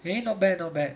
eh not bad not bad